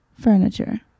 Furniture